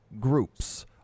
groups